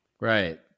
Right